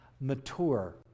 mature